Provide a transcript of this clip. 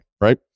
right